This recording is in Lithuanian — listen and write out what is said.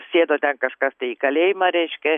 sėdo ten kažkas tai į kalėjimą reiškia